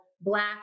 black